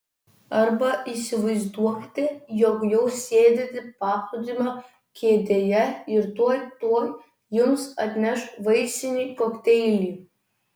arba įsivaizduokite jog jau sėdite paplūdimio kėdėje ir tuoj tuoj jums atneš vaisinį kokteilį